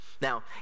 Now